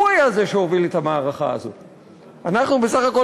הוא היה זה שהוביל את המערכה הזאת,